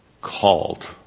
called